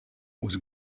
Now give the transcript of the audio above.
was